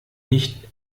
nicht